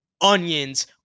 onions